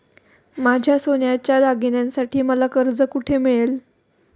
माझ्या सोन्याच्या दागिन्यांसाठी मला कर्ज कुठे मिळेल?